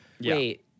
Wait